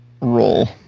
roll